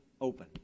open